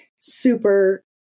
super